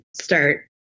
start